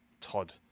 Todd